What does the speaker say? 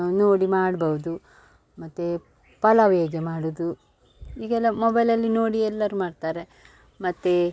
ನೋಡಿ ಮಾಡ್ಬೋದು ಮತ್ತು ಪಲಾವ್ ಹೇಗೆ ಮಾಡುವುದು ಈಗೆಲ್ಲ ಮೊಬೈಲಲ್ಲಿ ನೋಡಿ ಎಲ್ಲರು ಮಾಡ್ತಾರೆ ಮತ್ತು